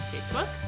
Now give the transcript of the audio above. facebook